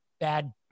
bad